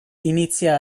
inizia